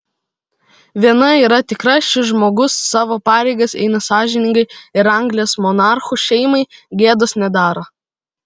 viena yra tikra šis žmogus savo pareigas eina sąžiningai ir anglijos monarchų šeimai gėdos nedaro